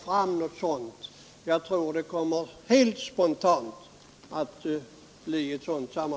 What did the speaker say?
Jag tror att ett sådant samarbete kommer till stånd helt spontant.